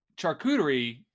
charcuterie